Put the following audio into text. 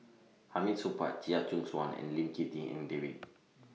Hamid Supaat Chia Choo Suan and Lim Tik En David